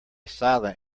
silent